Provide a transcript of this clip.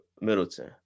Middleton